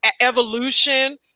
evolution